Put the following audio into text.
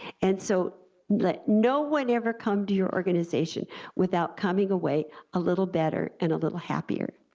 and so let no one ever come to your organization without coming away a little better and a little happier.